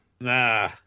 Nah